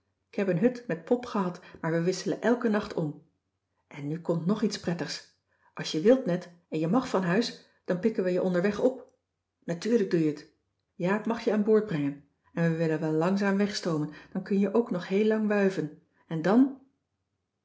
k heb een hut met pop gehad maar we wisselen elken nacht om en nu komt nog iets prettigs als je wilt net en je mag van huis dan pikken wij je onderweg op natuurlijk doe je t jaap mag je aan boord brengen en we willen wel langzaam wegstoomen dan kun je ook nog heel lang wuiven en dan